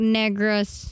negros